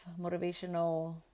motivational